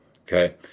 Okay